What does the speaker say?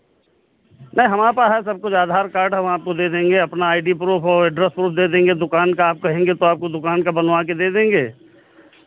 नहीं हमारे पास है सब कुछ आधार कार्ड हम आपको दे देंगे अपना आई डी प्रूफ़ और एड्रेस प्रूफ़ दे देंगे दुकान का आप कहेंगे तो आपको दुकान का बनवा के देंगे